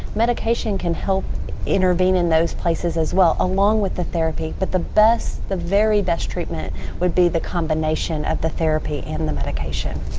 medication can help intervene in those places as well along with the therapy. but the best, the very best treatment would be the combination of the therapy and the medication.